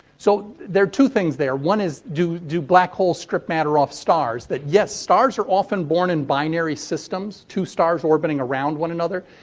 so, they're two things there. one is, do do black holes strip matter off stars. yes. stars are often born in binary systems. two stars orbiting around one another.